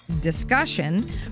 discussion